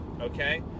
Okay